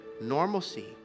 Normalcy